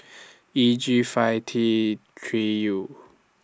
E G five T three U